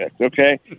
okay